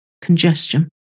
congestion